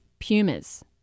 pumas